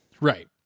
Right